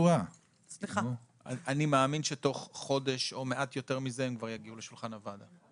אני מאמין שתוך חודש או מעט יותר מזה הם כבר יגיעו לשולחן הוועדה.